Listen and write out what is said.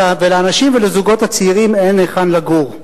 ולאנשים ולזוגות הצעירים אין היכן לגור.